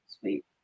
sweet